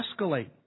escalate